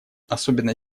особенно